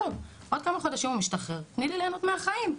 עוד כמה חודשים הוא משתחרר, תני לי להנות מהחיים'.